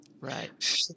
Right